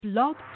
Blog